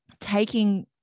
taking